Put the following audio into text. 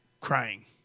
crying